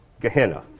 Gehenna